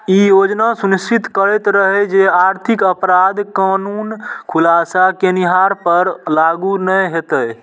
ई योजना सुनिश्चित करैत रहै जे आर्थिक अपराध कानून खुलासा केनिहार पर लागू नै हेतै